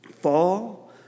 Fall